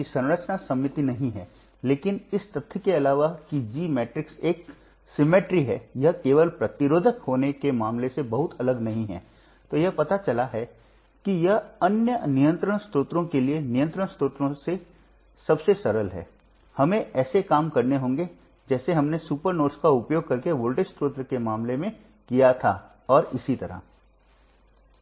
यदि नियंत्रण धारा एक वोल्टेज स्रोत से प्रवाहित होती है तो चीजें और अधिक जटिल हो जाती हैं लेकिन हम यहां उस मामले पर विचार नहीं कर रहे हैं